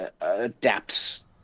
adapts